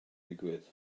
digwydd